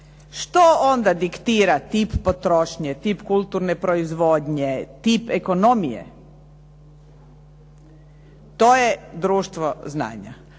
Što onda diktira tip potrošnje, tip kulturne proizvodnje, tip ekonomije, to je društvo znanja.